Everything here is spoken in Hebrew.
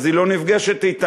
אז היא לא נפגשת אתה,